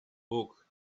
book